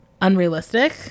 unrealistic